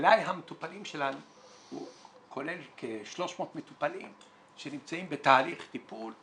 מלאי המטופלים שלנו כולל כ-300 מטופלים שנמצאים בתהליך טיפול,